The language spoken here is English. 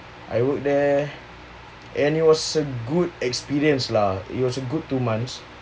I work there and it was a good experience lah it was a good two months